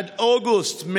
עד אוגוסט,